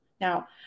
now